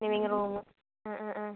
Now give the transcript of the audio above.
living room അ അ ആ